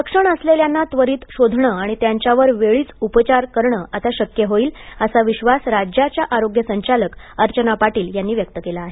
लक्षण असलेल्यांना त्वरीत शोधणं आणि त्यांच्यावर वेळीच उपचार वेळेत शक्य होतील असा विश्वास राज्याच्या आरोग्य संचालक अर्चना पाटील यांनी व्यक्त केला आहे